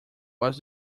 was